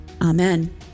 Amen